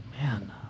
man